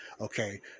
Okay